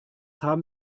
haben